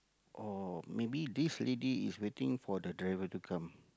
or maybe this lady is waiting for the driver to come